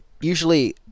usually